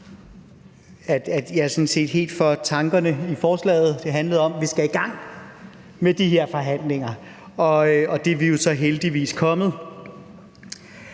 jeg sådan set helt er for tankerne i forslaget. Det handlede om, at vi skal i gang med de her forhandlinger, og det er vi så heldigvis kommet.